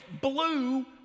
blue